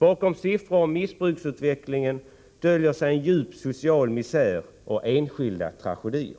Bakom siffror om missbruksutveckling döljer sig en djup social misär och enskilda tragedier,